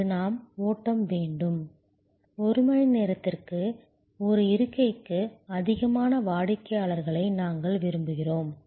அங்கு நாம் ஓட்டம் வேண்டும் ஒரு மணி நேரத்திற்கு ஒரு இருக்கைக்கு அதிகமான வாடிக்கையாளர்களை நாங்கள் விரும்புகிறோம்